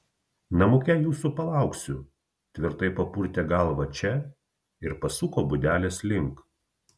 namuke jūsų palauksiu tvirtai papurtė galvą če ir pasuko būdelės link